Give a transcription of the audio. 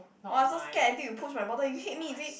!wah! so scared until you push my bottle you hit me is it